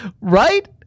Right